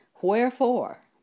wherefore